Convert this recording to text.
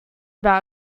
about